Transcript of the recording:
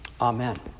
Amen